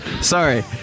Sorry